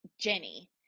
Jenny